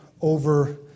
over